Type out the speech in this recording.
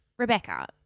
Rebecca